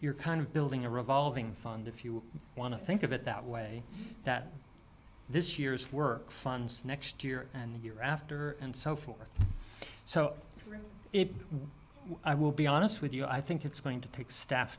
you're kind of building a revolving fund if you want to think of it that way that this year's work funds next year and the year after and so forth so i will be honest with you i think it's going to take staff